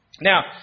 Now